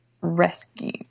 rescue